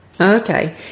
Okay